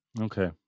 Okay